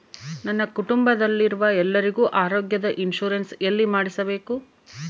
ನನ್ನ ಕುಟುಂಬದಲ್ಲಿರುವ ಎಲ್ಲರಿಗೂ ಆರೋಗ್ಯದ ಇನ್ಶೂರೆನ್ಸ್ ಎಲ್ಲಿ ಮಾಡಿಸಬೇಕು?